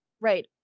Right